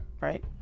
Right